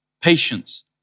patience